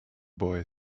boy